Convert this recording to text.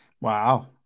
Wow